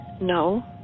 No